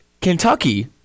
Kentucky